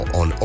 on